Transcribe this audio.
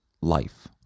life